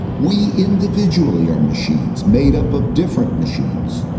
we individually are machines, made up of different machines.